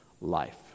life